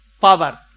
power